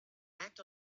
act